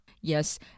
Yes